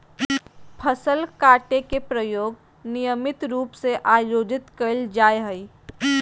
फसल काटे के प्रयोग नियमित रूप से आयोजित कइल जाय हइ